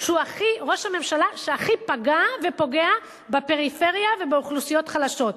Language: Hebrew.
שהוא ראש הממשלה שהכי פגע ופוגע בפריפריה ובאוכלוסיות חלשות,